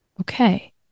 okay